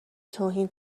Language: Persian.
توهین